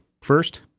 first